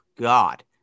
God